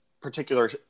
particular